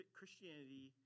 christianity